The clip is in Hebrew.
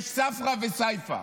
יש ספרא וסיפא,